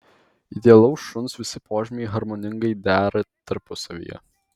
idealaus šuns visi požymiai harmoningai dera tarpusavyje